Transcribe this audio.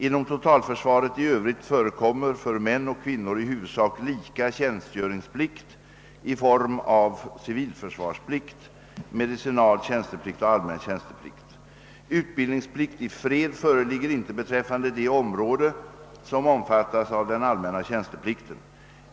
Inom totalförsvaret i övrigt förekommer för män och kvinnor i huvudsak lika tjänstgöringsplikt i form av civilförsvarsplikt, medicinal tjänsteplikt och allmän tjänsteplikt. Utbildningsplikt i fred föreligger inte beträffande det område som omfattas av den allmänna tjänsteplikten.